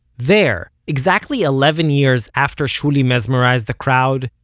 there, exactly eleven years after shuly mesmerized the crowd,